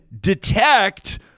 detect